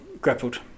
grappled